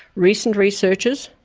recent researchers,